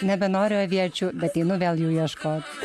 nebenoriu aviečių bet einu vėl jų ieškot